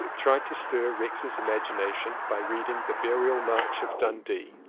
tried to stir rex's imagination by reading the burial march of dundee.